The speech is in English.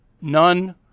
none